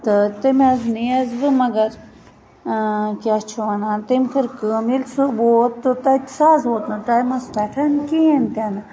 تہٕ تٔمۍ حظ نِیَس بہٕ مَگَر کیٛاہ چھُ وَنان تٔمۍ کٔر کٲم ییٚلہِ سُہ ووٚت تہٕ تَتۍ سُہ حظ ووت نہٕ ٹایمَس پٮ۪ٹھ کِہیٖنۍ تہِ نہٕ